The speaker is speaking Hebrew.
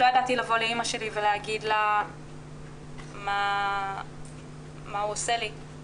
לא ידעתי לבוא לאימא שלי ולהגיד לה מה הוא עושה לי,